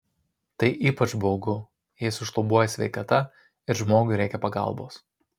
tai ypač baugu jei sušlubuoja sveikata ir žmogui reikia pagalbos